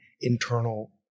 internal